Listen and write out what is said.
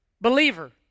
Believer